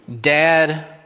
dad